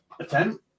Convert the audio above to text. attempt